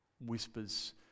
whispers